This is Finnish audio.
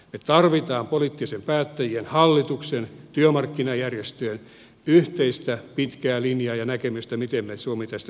me tarvitsemme poliittisten päättäjien hallituksen ja työmarkkinajärjestöjen yhteistä pitkää linjaa ja näkemystä miten suomi tästä selviää